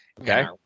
Okay